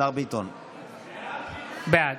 בעד